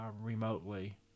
remotely